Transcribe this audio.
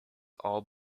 all